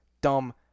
dumb